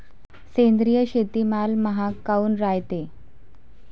सेंद्रिय शेतीमाल महाग काऊन रायते?